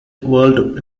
world